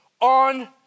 on